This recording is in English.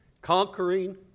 Conquering